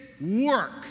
work